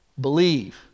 believe